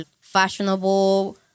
fashionable